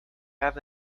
have